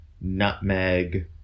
nutmeg